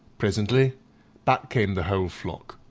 presently back came the whole flock.